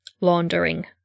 laundering